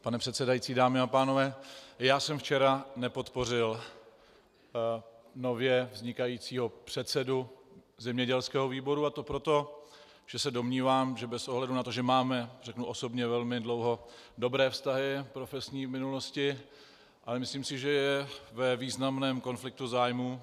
Pane předsedající, dámy a pánové, já jsem včera nepodpořil nově vznikajícího předsedu zemědělského výboru, a to proto, že se domnívám, že bez ohledu na to, že máme, řeknu osobně, velmi dlouho dobré profesní vztahy z minulosti, ale myslím si, že je ve významném konfliktu zájmu.